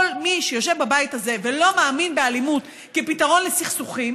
כל מי שיושב בבית הזה ולא מאמין באלימות כפתרון לסכסוכים,